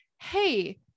Hey